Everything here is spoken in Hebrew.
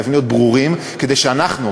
חייבים להיות ברורים כדי שאנחנו,